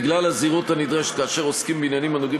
בגלל הזהירות הנדרשת כאשר עוסקים בעניינים הנוגעים